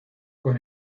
con